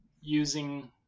using